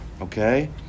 Okay